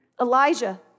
Elijah